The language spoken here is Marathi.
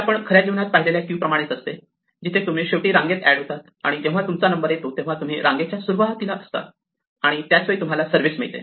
हे आपण खऱ्या जीवनात पाहिलेल्या क्यू प्रमाणेच असते जिथे तुम्ही रांगेत शेवटी एड होतात आणि जेव्हा तुमचा नंबर येतो तेव्हा तुम्ही रांगेच्या सुरुवातीला असतात आणि त्याच वेळी तुम्हाला सर्व्हिस मिळते